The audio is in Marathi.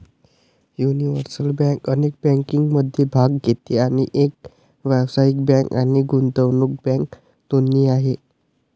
युनिव्हर्सल बँक अनेक बँकिंगमध्ये भाग घेते आणि एक व्यावसायिक बँक आणि गुंतवणूक बँक दोन्ही आहे